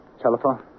Telephone